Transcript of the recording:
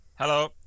Hello